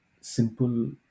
simple